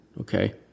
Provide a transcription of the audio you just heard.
Okay